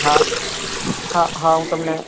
હા હા હા હું તમને